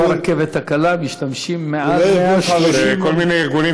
ברכבת הקלה משתמשים מעל 160,000. כל מיני ארגונים